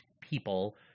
people